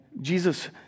Jesus